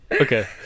Okay